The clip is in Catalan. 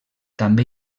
també